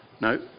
No